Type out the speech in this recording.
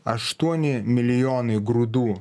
aštuoni milijonai grūdų